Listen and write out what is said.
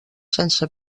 sense